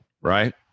right